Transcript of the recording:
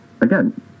again